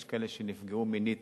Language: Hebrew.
יש כאלה שנפגעו מינית